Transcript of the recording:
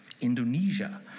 Indonesia